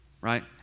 right